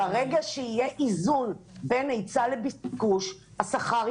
אבל אם יש מחסור משמעותי -- כל תיקון החקיקה